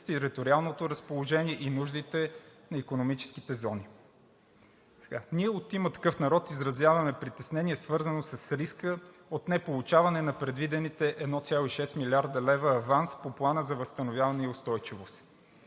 териториалното разположение и нуждите на икономическите зони. Ние от „Има такъв народ“ изразяваме притеснение, свързано с риска от неполучаване на предвидените 1,6 млрд. лв. аванс по Плана за възстановяване и устойчивост.